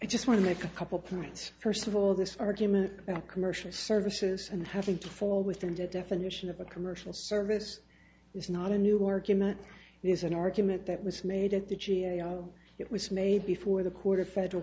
i just want to make a couple points first of all this argument about commercial services and having to fall within the definition of a commercial service is not a new argument it is an argument that was made at the g a o it was made before the court of federal